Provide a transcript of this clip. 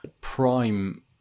prime